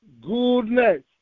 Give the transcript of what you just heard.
goodness